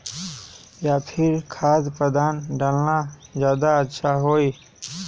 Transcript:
या फिर खाद्य पदार्थ डालना ज्यादा अच्छा होई?